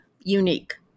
unique